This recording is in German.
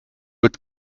mit